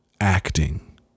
acting